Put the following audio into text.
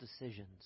decisions